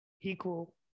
equal